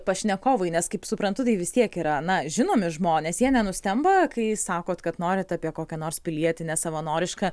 pašnekovui nes kaip suprantu tai vis tiek yra na žinomi žmonės jie nenustemba kai sakot kad norit apie kokią nors pilietinę savanorišką